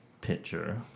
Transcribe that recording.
picture